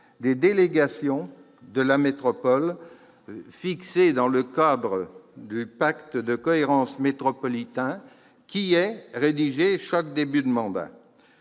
Ces délégations doivent être fixées dans le cadre du pacte de cohérence métropolitain qui est rédigé à chaque début de mandat,